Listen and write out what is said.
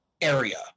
area